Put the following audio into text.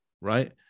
right